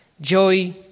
joy